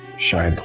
shy.